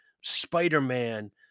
Spider-Man